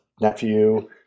nephew